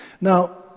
Now